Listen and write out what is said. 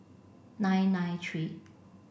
nine nine three